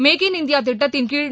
make in India திட்டத்தின்கீழ்